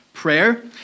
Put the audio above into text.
Prayer